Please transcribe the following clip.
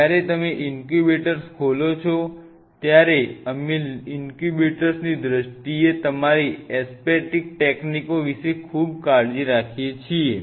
જ્યારે તમે ઇન્ક્યુબેટર ખોલો છો ત્યારે અમે ઇન્ક્યુબેટરની દ્રષ્ટિએ તમારી એસેપ્ટીક ટેકનિકો વિશે ખૂબ કાળજી રાખીએ છીએ